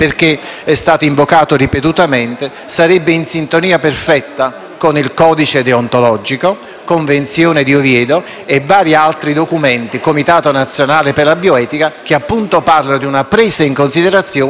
con il codice deontologico, con la Convenzione di Oviedo, vari altri documenti e i dettami del Comitato nazionale per la bioetica, che - appunto - parla di una presa in considerazione, ma non della imperatività dell'atto stesso.